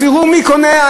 אז תראו מי קונה.